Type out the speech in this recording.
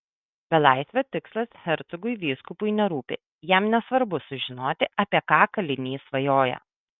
belaisvio tikslas hercogui vyskupui nerūpi jam nesvarbu sužinoti apie ką kalinys svajoja